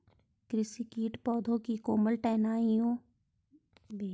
कृषि कीट पौधों की कोमल टहनियों में अंडे देते है